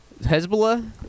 Hezbollah